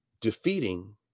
defeating